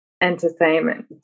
entertainment